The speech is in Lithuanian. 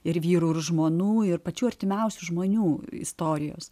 ir vyrų ir žmonų ir pačių artimiausių žmonių istorijos